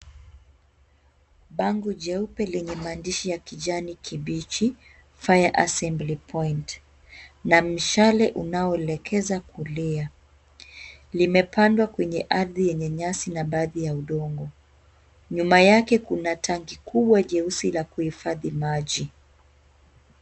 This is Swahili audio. Bango jeupe lenye maandishi ya kijani kibichi fire assembly point na mshale unaoelekeza kulia. Limepandwa kwenye ardhi yenye nyasi na baadhi ya udongo. Nyuma yake kuna tanki kubwa jeusi la kuhifadhi maji.